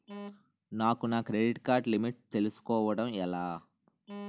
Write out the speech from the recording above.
నాకు నా credit card limit తెలుసుకోవడం ఎలా?